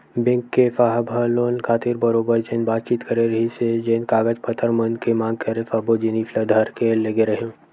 bank के साहेब ह लोन खातिर बरोबर जेन बातचीत करे रिहिस हे जेन कागज पतर मन के मांग करे सब्बो जिनिस ल धर के लेगे रेहेंव